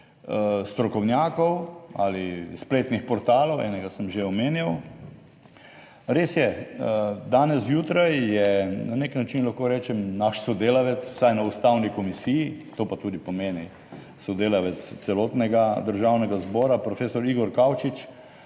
strokovnjakov ali spletnih portalov. Enega sem že omenjal. Res je, danes zjutraj je na nek način lahko rečem naš sodelavec vsaj na Ustavni komisiji, to pa tudi pomeni sodelavec celotnega Državnega zbora, profesor Igor Kavčič,